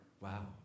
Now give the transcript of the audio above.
Wow